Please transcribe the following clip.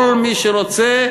כל מי שרוצה,